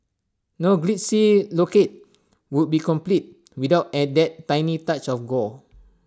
no glitzy locale would be complete without and that tiny touch of gore